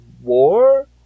War